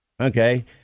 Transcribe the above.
Okay